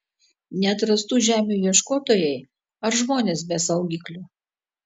neatrastų žemių ieškotojai ar žmonės be saugiklių